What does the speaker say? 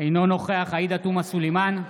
אינו נוכח עאידה תומא סלימאן,